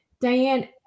Diane